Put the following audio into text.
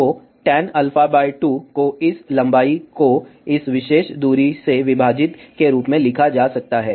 तो टैन α 2 को इस लंबाई को इस विशेष दूरी से विभाजित के रूप में लिखा जा सकता है